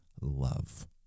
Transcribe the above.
love